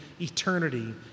eternity